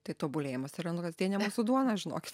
tai tobulėjimas yra nu kasdienė mūsų duona žinokit